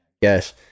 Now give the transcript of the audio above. Yes